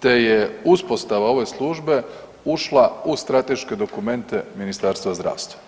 te je uspostava ove službe ušla u strateške dokumente Ministarstva zdravstva.